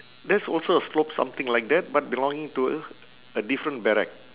there's also a slope something like that but belonging to a a different barrack